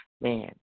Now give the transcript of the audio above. Man